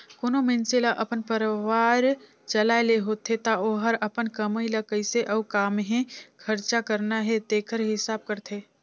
कोनो मइनसे ल अपन परिवार चलाए ले होथे ता ओहर अपन कमई ल कइसे अउ काम्हें खरचा करना हे तेकर हिसाब करथे